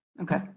Okay